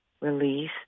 release